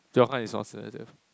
Johann is more sensitive